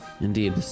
indeed